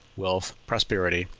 wealth, prosperity,